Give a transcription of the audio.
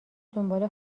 دنبال